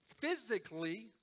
Physically